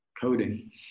coding